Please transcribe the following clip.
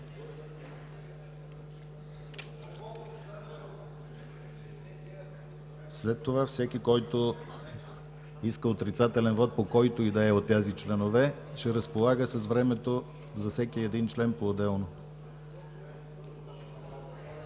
След това всеки, който иска отрицателен вот, по който и да е от тези членове, ще разполага с времето за всеки един член поотделно.